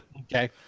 Okay